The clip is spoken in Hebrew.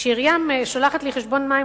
כשעירייה שולחת לי חשבון מים,